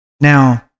Now